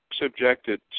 subjected